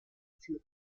für